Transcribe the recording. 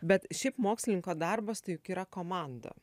bet šiaip mokslininko darbas tai juk yra komanda